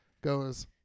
goes